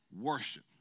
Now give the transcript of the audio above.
worship